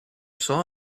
saw